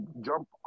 jump